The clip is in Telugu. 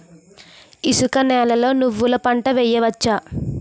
ఇసుక నేలలో నువ్వుల పంట వేయవచ్చా?